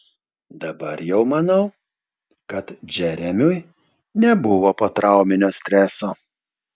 dabar jau manau kad džeremiui nebuvo potrauminio streso